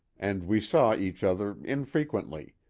and we saw each other infrequently,